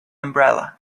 umbrella